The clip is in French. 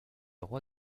roi